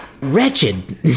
wretched